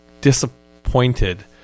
disappointed